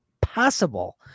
possible